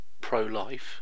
pro-life